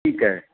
ठीकु आहे